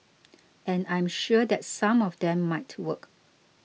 and I am sure that some of them might work